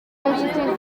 n’inshuti